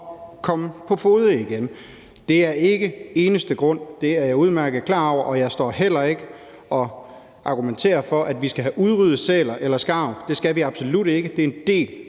komme på fode igen. Det er ikke den eneste grund, det er jeg udmærket klar over, og jeg står heller ikke og argumenterer for, at vi skal have udryddet sæler eller skarv. Det skal vi absolut ikke; de er en del